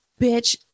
bitch